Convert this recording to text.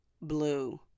blue